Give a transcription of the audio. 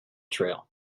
trail